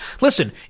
Listen